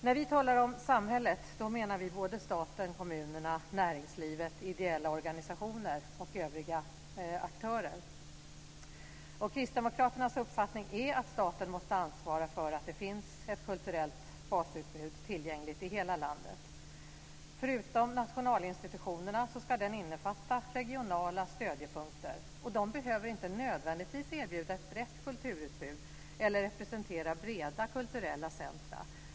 När vi talar om samhället menar vi såväl staten och kommunerna som näringslivet, ideella organisationer och övriga aktörer. Kristdemokraternas uppfattning är att staten måste ansvara för att det finns ett kulturellt basutbud tillgängligt i hela landet. Förutom nationalinstitutionerna ska det innefatta regionala stödpunkter, och de behöver inte nödvändigtvis erbjuda ett brett kulturutbud eller representera breda kulturella centra.